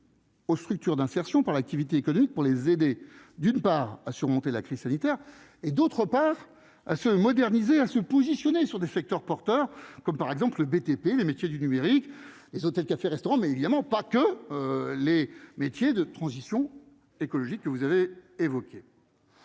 aux structures d'insertion par l'activité économique pour les aider, d'une part à surmonter la crise sanitaire et d'autre part à se moderniser, à se positionner sur des secteurs porteurs, comme par exemple le BTP, les métiers du numérique, les hôtels, cafés, restaurants, mais évidemment pas que les métiers de transition écologique que vous avez évoquée.